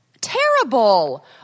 Terrible